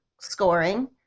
scoring